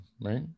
right